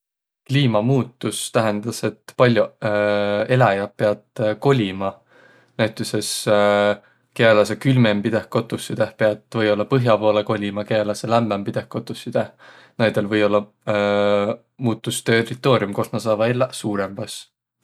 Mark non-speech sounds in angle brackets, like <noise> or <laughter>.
Kliimamuutus tähendäs, et pall'oq eläjäq piät kolima. Näütüses <hesitation> kiä eläseq külmenbideh kotussidõh, piät või-ollaq põh'a poolõ kolima, kiä eläseq lämmämbideh kotussidõh, näidel või-ollaq muutus territoorim, kos nä saavaq elläq, suurõmbas.